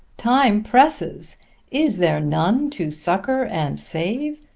time presses is there none to succor and save?